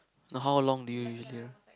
how long do you usually run